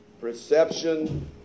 perception